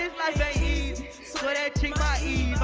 life ain't easy swear that chick my eve,